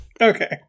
Okay